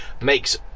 makes